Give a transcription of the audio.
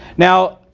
now,